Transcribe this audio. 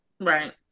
Right